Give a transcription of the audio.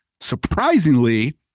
Surprisingly